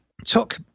took